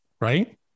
right